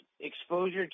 exposure